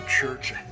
church